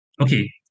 Okay